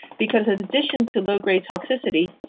because, in addition to low grade toxicity,